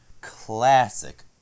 classic